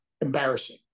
embarrassing